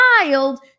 child